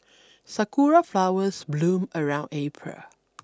sakura flowers bloom around April